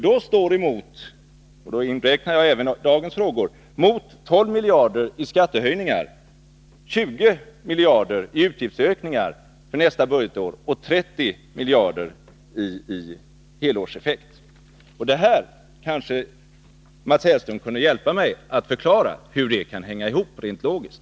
Då står — om jag inräknar även dagens frågor — mot 12 miljarder i skattehöjningar 20 miljarder i utgiftsökningar för nästa budgetår och 30 miljarder i helårseffekt. Mats Hellström kanske kunde hjälpa mig med att förklara hur detta kan hänga ihop rent logiskt?